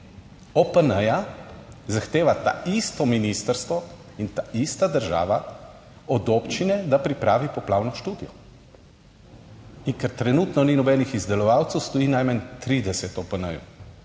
OPN zahteva ta isto ministrstvo in ta ista država od občine, da pripravi poplavno študijo, in ker trenutno ni nobenih izdelovalcev, stoji najmanj 30 OPN.